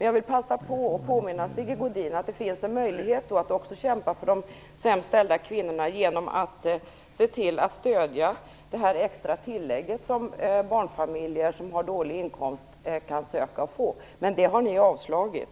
Jag vill passa på att påminna Sigge Godin om att det finns en möjlighet att kämpa för de sämst ställda kvinnorna genom att se till att stödja det extra tillägg som barnfamiljer som har dålig inkomst kan söka och få. Men det har ni avslagit.